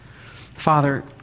Father